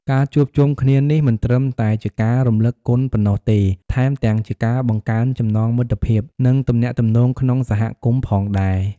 ការជួបជុំគ្នានេះមិនត្រឹមតែជាការរំលឹកគុណប៉ុណ្ណោះទេ ថែមទាំងជាការបង្កើនចំណងមិត្តភាព និងទំនាក់ទំនងក្នុងសហគមន៍ផងដែរ។